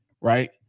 right